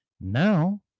Now